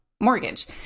mortgage